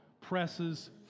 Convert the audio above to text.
presses